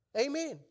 Amen